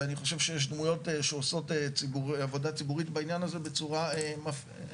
ואני חושב שיש דמויות שעושות עבודה ציבורית בעניין הזה בצורה מפליאה,